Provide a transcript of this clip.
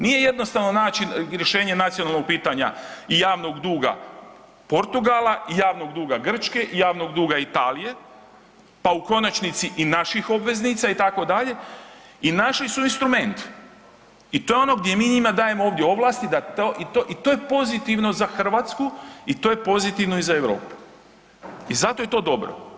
Nije jednostavno naći rješenje nacionalnog pitanja i javnog duga Portugala i javnog duga Grčke i javnog duga Italije, pa u konačnici i naših obveznica itd. i našli su instrument i to je ono gdje mi njima dajemo ovdje ovlasti da to, i to je pozitivno za Hrvatsku i to je pozitivno i za Europu i zato je to dobro.